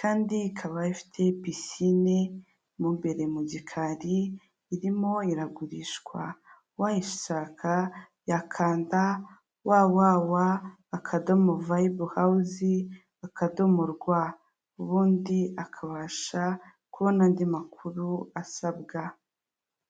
kandi ikaba ifite pisine mu imbere mu gikari, irimo iragurishwa. Uwayishaka yakanda www.vibehouse.rw, ubundi akabasha kubona andi makuru asabwa.